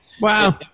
Wow